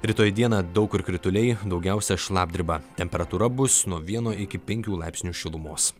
rytoj dieną daug kur krituliai daugiausia šlapdriba temperatūra bus nuo vieno iki penkių laipsnių šilumos